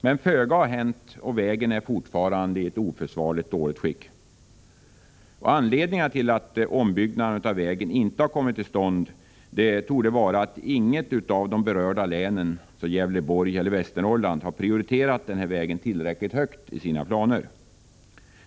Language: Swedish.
Men föga har hänt och vägen är fortfarande i ett oförsvarligt dåligt skick. Anledningen till att ombyggnaden av vägen inte har kommit till stånd är att inget av de båda berörda länen, Gävleborg och Västernorrland, har prioriterat denna väg tillräckligt högt i sina flerårsplaner.